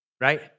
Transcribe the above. Right